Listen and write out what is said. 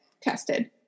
tested